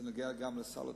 זה קשור גם לסל התרופות,